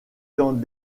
dans